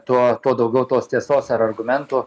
tuo tuo daugiau tos tiesos ar argumentų